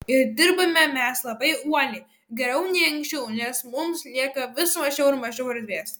ir dirbame mes labai uoliai geriau nei anksčiau nes mums lieka vis mažiau ir mažiau erdvės